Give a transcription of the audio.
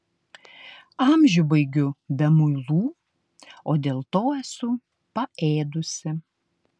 amžių baigiu be muilų o dėl to esu paėdusi